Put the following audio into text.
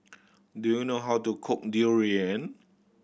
do you know how to cook durian